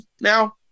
now